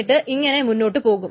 എന്നിട്ട് ഇങ്ങനെ മുന്നോട്ടു പോകും